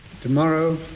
Tomorrow